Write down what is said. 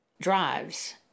drives